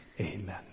amen